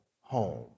home